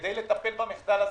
כדי לטפל במחדל הזה,